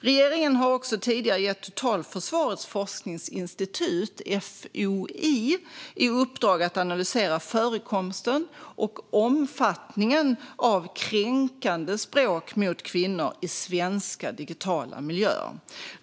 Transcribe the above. Regeringen har också tidigare gett Totalförsvarets forskningsinstitut, FOI, i uppdrag att analysera förekomsten och omfattningen av kränkande språk mot kvinnor i svenska digitala miljöer.